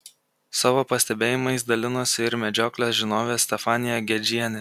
savo pastebėjimais dalinosi ir medžioklės žinovė stefanija gedžienė